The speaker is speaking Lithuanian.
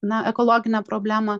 na ekologinę problemą